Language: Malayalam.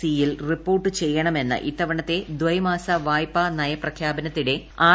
സി യിൽ റിപ്പ്ോർട്ട് ചെയ്യണമെന്ന് ഇത്തവണത്തെ ദൈമാസ വായ്പാ നയപ്രഖ്യാപ്പന്ത്തിനിടെ ആർ